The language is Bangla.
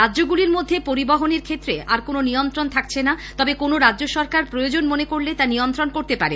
রাজ্যগুলির মধ্যে পরিবহনের ক্ষেত্রে আর কোনো নিয়ন্ত্রণ খাকছে না তবে কোনো রাজ্য সরকার প্রপ্যোজন মনে করলে তা নিয়ন্ত্রণ করতে পারে